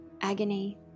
agony